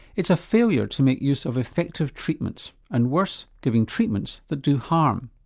it's a failure to make use of effective treatments and worse, giving treatments that do harm.